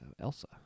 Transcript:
Elsa